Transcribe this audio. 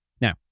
Now